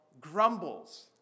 grumbles